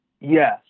Yes